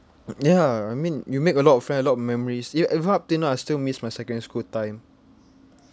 um ya I mean you make a lot of friend a lot memories ya even up till now I still miss my secondary school time